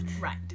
Right